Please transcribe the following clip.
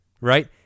right